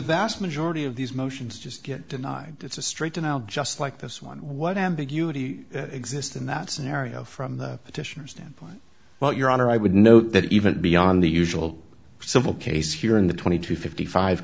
vast majority of these motions just get denied it's a straighten out just like this one what ambiguity exists in that scenario from the petitioner standpoint well your honor i would know that even beyond the usual civil case here in the twenty to fifty five